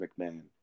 McMahon